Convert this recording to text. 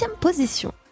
position